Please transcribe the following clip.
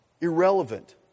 irrelevant